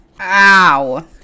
ow